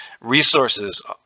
resources